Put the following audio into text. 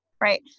right